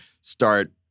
start